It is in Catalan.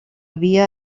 via